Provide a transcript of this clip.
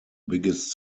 biggest